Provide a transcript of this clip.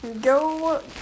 go